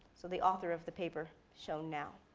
so the author of the paper shown now.